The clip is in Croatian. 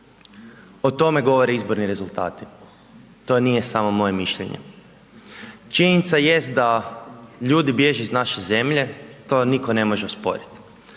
o tome govore izborni rezultati, to nije samo moje mišljenje. Činjenica jest da ljudi bježe iz naše zemlje, to nitko ne može osporit.